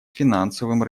финансовым